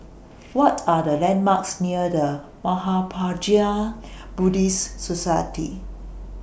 What Are The landmarks near The Mahaprajna Buddhist Society